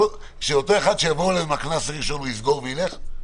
שאותו אחד שיבואו אליו עם הקנס הראשון הוא יסגור וילך?